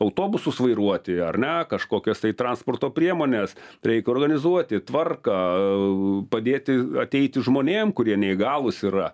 autobusus vairuoti ar ne kažkokias tai transporto priemones reik organizuoti tvarką padėti ateiti žmonėm kurie neįgalūs yra